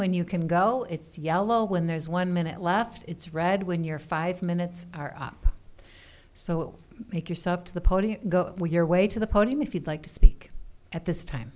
when you can go it's yellow when there's one minute left it's red when you're five minutes are up so take yourself to the podium go your way to the podium if you'd like to speak at this time